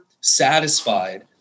satisfied